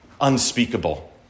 unspeakable